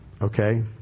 Okay